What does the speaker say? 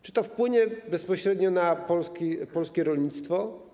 Czy to wpłynie bezpośrednio na polskie rolnictwo?